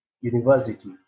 university